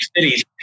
cities